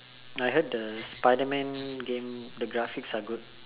I heard the Spiderman game the graphics are good